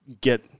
get